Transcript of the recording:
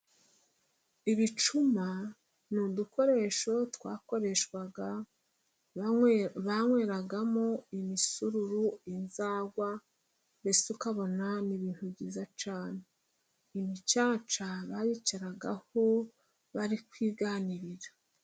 Ibicuma ni udukoresho twakoreshwaga banyweragamo imisururu, inzagwa, mbese ukabona ni ibintu byiza cyane. Imicaca bayicaragaho bari kwiganirira.